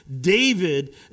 David